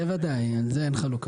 זה ודאי, על זה אין מחלוקת.